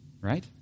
Right